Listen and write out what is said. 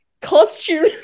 costume